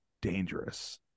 dangerous